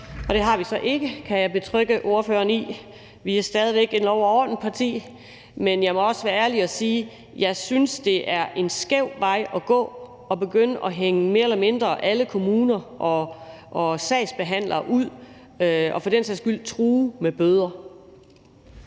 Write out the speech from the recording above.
Det har vi så ikke, kan jeg betrygge ordføreren med. Vi er stadig væk et lov og orden-parti, men jeg må også være ærlig og sige, at jeg synes, at det er en skæv vej at gå at begynde at hænge mere eller mindre alle kommuner og sagsbehandlere ud og for den sags skyld true med bøder.